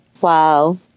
Wow